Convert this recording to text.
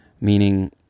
Meaning